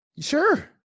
Sure